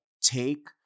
take